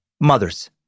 mothers